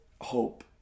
hope